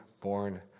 born